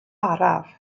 araf